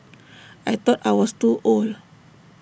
I thought I was too old